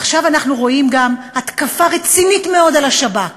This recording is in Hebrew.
עכשיו אנחנו רואים גם התקפה רצינית מאוד על השב"כ.